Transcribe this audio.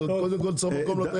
אבל קודם כל צריך מקום.